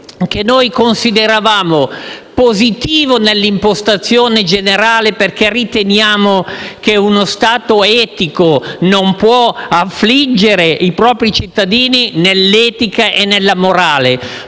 che noi consideravamo positivo nell'impostazione generale. Noi riteniamo infatti che uno Stato etico non possa affliggere i propri cittadini nell'etica e nella morale,